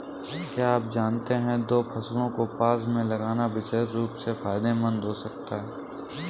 क्या आप जानते है दो फसलों को पास में लगाना विशेष रूप से फायदेमंद हो सकता है?